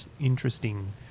interesting